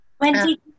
Wendy